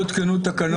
אפשר לכתוב בסעיף קטן (ה)